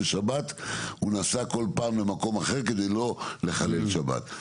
ובשבת הוא נסע בכל פעם למקום אחר כדי לא לחלל שבת.